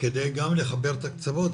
כדי גם לחבר את הקצוות.